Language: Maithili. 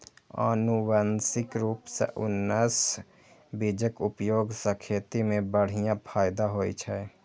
आनुवंशिक रूप सं उन्नत बीजक उपयोग सं खेती मे बढ़िया फायदा होइ छै